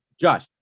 Josh